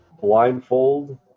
Blindfold